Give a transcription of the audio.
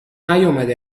نیامده